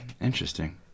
interesting